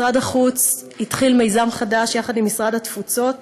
משרד החוץ התחיל מיזם חדש, יחד עם משרד התפוצות,